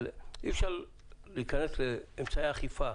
אבל אי-אפשר להיכנס לאמצעי אכיפה